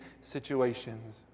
situations